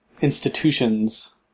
institutions